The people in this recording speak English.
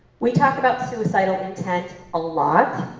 we talked about suicidal intent a lot,